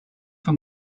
from